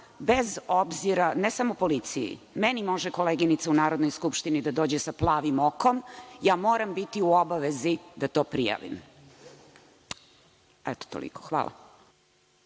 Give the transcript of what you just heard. organima, ne samo policiji, meni može koleginica u Narodnoj skupštini da dođe sa plavim okom, moram biti u obavezi da to prijavim. Toliko, hvala.